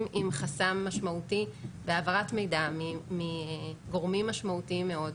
עם חסם משמעותי בהעברת מידע מגורמים משמעותיים מאוד,